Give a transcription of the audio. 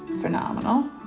phenomenal